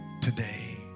today